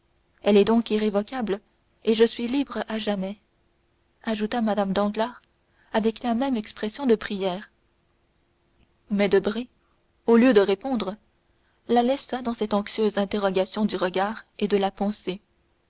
elle est donc irrévocable et je suis libre à jamais ajouta mme danglars avec la même expression de prière mais debray au lieu de répondre la laissa dans cette anxieuse interrogation du regard et de la pensée